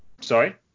Sorry